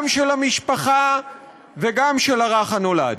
גם של המשפחה וגם של הרך הנולד.